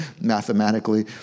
mathematically